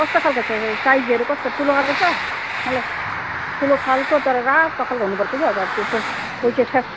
कस्तो खालको छ साइजहरू कस्तो ठुलो खालको छ मलाई ठुलो खालको तर रातो खालको हुनुपर्छ क्या हजुर कोही चाहिँ फ्यास्स